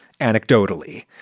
anecdotally